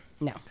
No